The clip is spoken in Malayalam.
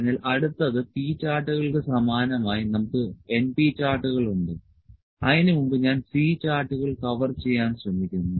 അതിനാൽ അടുത്തത് P ചാർട്ടുകൾക്ക് സമാനമായി നമുക്ക് np ചാർട്ടുകൾ ഉണ്ട് അതിനുമുമ്പ് ഞാൻ C ചാർട്ടുകൾ കവർ ചെയ്യാൻ ശ്രമിക്കുന്നു